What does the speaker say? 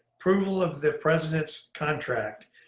approval of the president's contract.